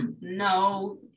No